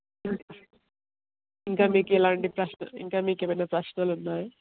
ఇంక మీకెలాంటి ప్రశ్న ఇంకా మీకు ఏమైనా ప్రశ్నలున్నాయా